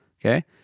Okay